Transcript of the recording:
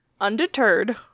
Undeterred